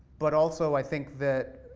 but also, i think that